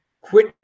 quit